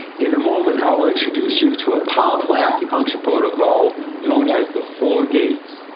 in a moment i will introduce you to a powerful acupuncture protocol known as the four gates.